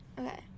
Okay